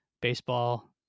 Baseball